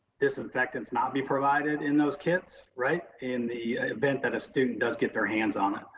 disinfectants not be provided in those kits, right, in the event that a student does get their hands on it.